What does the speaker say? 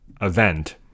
event